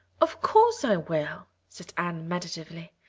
of course i will, said anne meditatively,